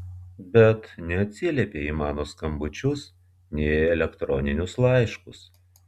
bet neatsiliepei į mano skambučius nei į elektroninius laiškus